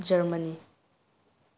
Germany